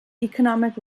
economic